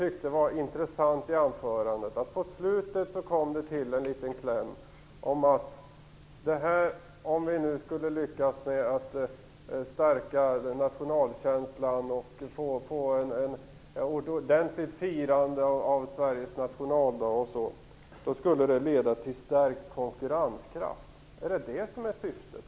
Det var intressant att det i slutet av hennes anförande kom en liten kläm, att om vi nu lyckas stärka nationalkänslan och får ett ordentligt firande av Sveriges nationaldag kommer det att leda till stärkt konkurrenskraft. Är det egentligen det som är syftet?